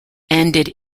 ended